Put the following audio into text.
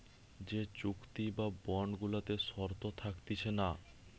যে চুক্তি বা বন্ড গুলাতে শর্ত থাকতিছে না